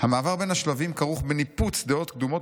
"המעבר בין השלבים כרוך בניפוץ דעות קדומות